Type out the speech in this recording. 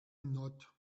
not